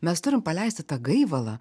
mes turim paleisti tą gaivalą